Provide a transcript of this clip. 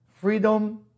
freedom